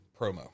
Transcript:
promo